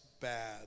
bad